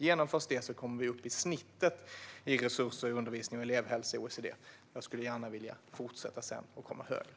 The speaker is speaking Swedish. Genomförs det kommer vi upp i snittet i resurser till undervisning och elevhälsa i OECD. Jag skulle gärna vilja fortsätta för att komma högre.